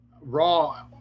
Raw